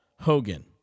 Hogan